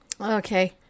Okay